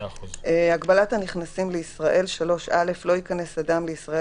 "הגבלת הנכנסים לישראל (א) לא ייכנס אדם לישראל